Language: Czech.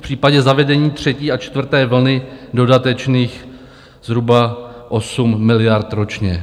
V případě zavedení třetí a čtvrté vlny dodatečných zhruba 8 miliard ročně.